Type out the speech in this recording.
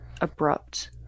abrupt